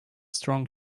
strong